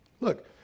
Look